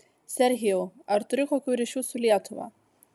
serhijau ar turi kokių ryšių su lietuva